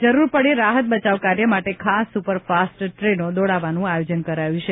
જરૂર પડવે રાહત બચાવકાર્ય માટે ખાસ સુપર ફાસ્ટ ટ્રેનો દોડાવવાનું આયોજન કરાયું છે